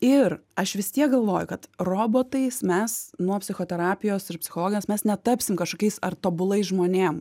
ir aš vis tiek galvoju kad robotais mes nuo psichoterapijos ir psichologijos mes netapsim kažkokiais ar tobulais žmonėm